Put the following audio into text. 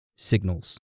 Signals